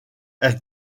elle